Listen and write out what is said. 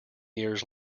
years